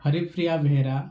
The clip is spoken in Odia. ହରିପ୍ରିୟା ବେହେରା